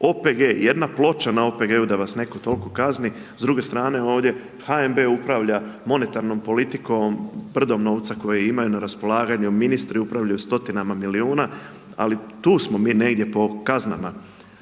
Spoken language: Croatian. OPG, jedna ploča na OPG-u da vas netko toliko kazni, s druge strane ovdje, HNB upravlja monetarnom politikom brdom novca koje imaju na raspolaganju, ministri upravljaju sa stotinama milijuna, ali tu smo mi negdje po kaznama.